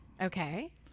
okay